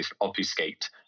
obfuscate